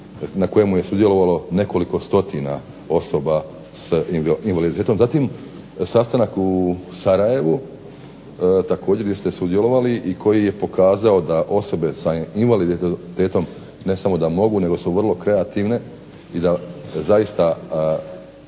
na kojima je sudjelovalo nekoliko stotina osoba s invaliditetom. Zatim, sastanak u Sarajevu također gdje ste sudjelovali i koji je pokazao da osobe sa invaliditetom ne samo da mogu nego su vrlo kreativne i da zaista